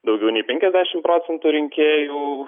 daugiau nei penkiasdešimt procentų rinkėjų